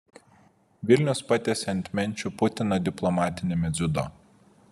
vilnius patiesė ant menčių putiną diplomatiniame dziudo